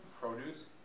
produce